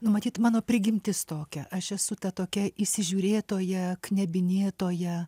nu matyt mano prigimtis tokia aš esu ta tokia įsižiurėtoja knebinėtoja